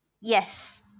Yes